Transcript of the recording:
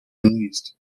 released